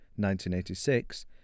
1986